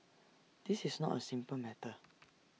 this is not A simple matter